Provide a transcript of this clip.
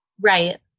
Right